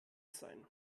sein